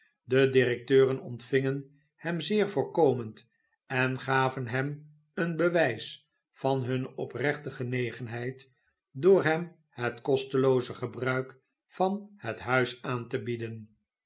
de directeuren ontvingen hem zeer voorkomend en gaven hem een bewijs van hunne oprechte genegenheid door hem het kostelooze gebruik van het huis aan te bieden